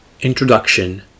Introduction